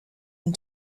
and